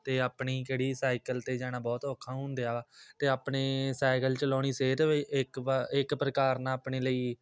ਅਤੇ ਆਪਣੀ ਕਿਹੜੀ ਸਾਈਕਲ 'ਤੇ ਜਾਣਾ ਬਹੁਤ ਔਖਾ ਹੁੰਦਾ ਵਾ ਅਤੇ ਆਪਣੇ ਸਾਈਕਲ ਚਲਾਉਣੀ ਸਿਹਤ ਵੀ ਇੱਕ ਇੱਕ ਪ੍ਰਕਾਰ ਨਾਲ ਆਪਣੇ ਲਈ